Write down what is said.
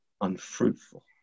unfruitful